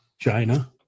china